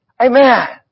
Amen